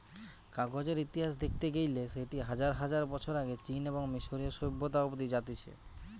কাগজের ইতিহাস দেখতে গেইলে সেটি হাজার হাজার বছর আগে চীন এবং মিশরীয় সভ্যতা অব্দি জাতিছে